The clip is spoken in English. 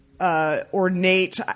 Ornate